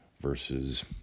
Versus